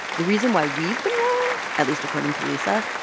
the reason why we've been wrong, at least according to lisa,